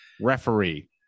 referee